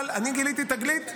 אבל אני גיליתי תגלית.